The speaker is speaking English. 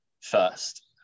first